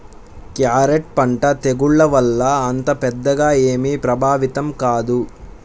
carrot పంట తెగుళ్ల వల్ల అంత పెద్దగా ఏమీ ప్రభావితం కాదు